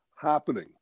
happening